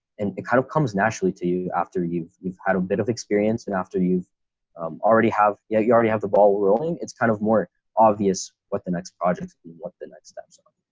and it kind of comes naturally to you after you've you've had a bit of experience. and after you've already have yeah you already have the ball rolling, it's kind of more obvious what the next project what the next steps are.